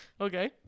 Okay